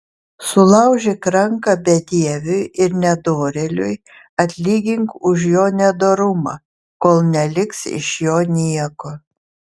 sulaužyk ranką bedieviui ir nedorėliui atlygink už jo nedorumą kol neliks iš jo nieko